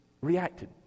reacted